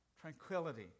tranquility